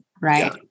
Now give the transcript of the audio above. right